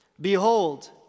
behold